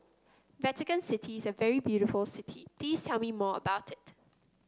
Vatican City is a very beautiful city please tell me more about it